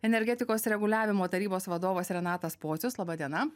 energetikos reguliavimo tarybos vadovas renatas pocius laba diena